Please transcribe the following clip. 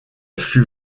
fut